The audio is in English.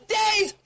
days